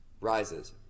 rises